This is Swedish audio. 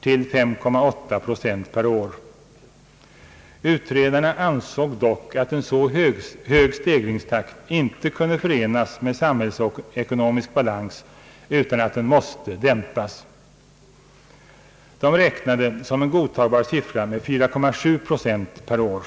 till 5,8 procent per år. Utredarna ansåg dock att en så hög stegringstakt inte kunde förenas med samhällsekonomisk balans utan att den måste dämpas. De räknade som en godtagbar siffra med 4,7 procent per år.